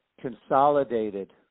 consolidated